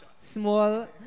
small